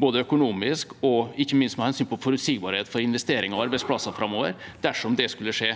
både økonomisk og ikke minst med hensyn til forutsigbarhet for investering og arbeidsplasser framover, dersom det skulle skje.